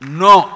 no